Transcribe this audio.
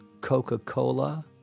Coca-Cola